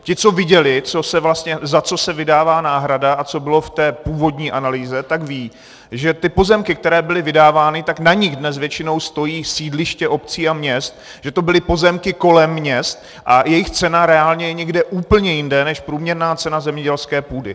Ti, co viděli, za co se vlastně vydává náhrada a co bylo v té původní analýze, tak vědí, že ty pozemky, které byly vydávány, tak na nich dnes většinou stojí sídliště obcí a měst, že to byly pozemky kolem měst, a jejich cena je reálně úplně někde jinde než průměrná cena zemědělské půdy.